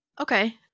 Okay